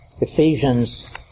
Ephesians